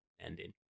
ending